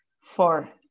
four